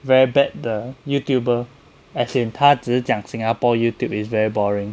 very bad 的 youtuber as in 他只是讲 singapore Youtube is very boring